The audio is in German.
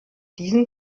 diesen